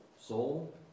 Soul